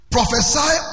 Prophesy